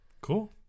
Cool